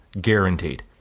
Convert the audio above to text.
guaranteed